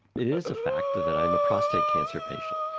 it is a fact that i'm a prostate cancer patient,